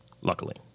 luckily